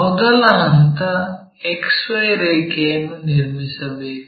ಮೊದಲ ಹಂತ XY ರೇಖೆಯನ್ನು ನಿರ್ಮಿಸಬೇಕು